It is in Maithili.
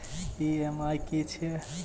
ई.एम.आई की छिये?